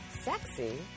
sexy